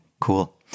cool